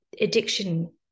addiction